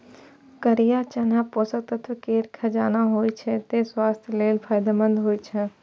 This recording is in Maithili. करिया चना पोषक तत्व केर खजाना होइ छै, तें स्वास्थ्य लेल फायदेमंद होइ छै